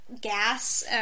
gas